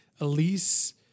Elise